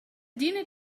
dinner